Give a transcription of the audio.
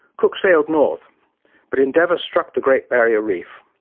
cook sailed north but endeavour struck the great barrier reef.